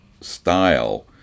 style